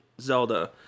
Zelda